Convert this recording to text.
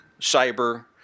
cyber